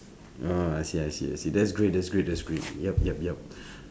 oh I see I see I see that's great that's great that's great yup yup yup